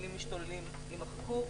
המילים "משתוללים יימחקו.